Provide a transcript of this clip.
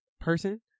person